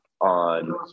on